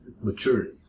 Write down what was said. maturity